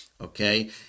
okay